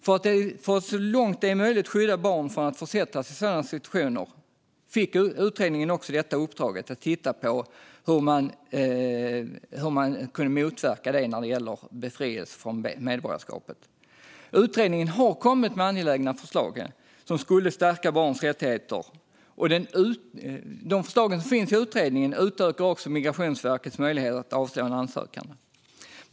För att så långt det är möjligt skydda barn från att försättas i sådana situationer fick utredningen också i uppdrag att titta på hur detta kan motverkas när det gäller befrielse från medborgarskap. Utredningen har kommit med angelägna förslag som skulle stärka barns rättigheter och utöka Migrationsverkets möjligheter att avslå en ansökan.